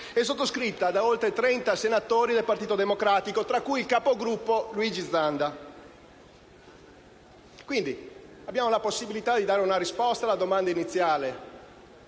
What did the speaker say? sottoscritta da oltre 30 senatori del Partito Democratico, tra cui il capogruppo Luigi Zanda. Quindi abbiamo la possibilità di dare una risposta alla domanda iniziale: